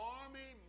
army